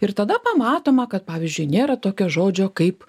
ir tada pamatoma kad pavyzdžiui nėra tokio žodžio kaip